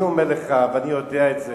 אני אומר לך ואני יודע את זה.